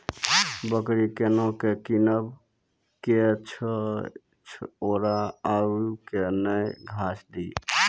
बकरी केना कीनब केअचछ छ औरू के न घास दी?